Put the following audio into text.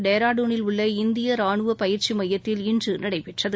டேரோடுனில் உள்ள இந்தியா ராணுவ பயிற்சி மையத்தில் இன்று நடைபெற்றது